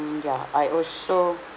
ya I also